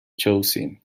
choosing